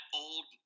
old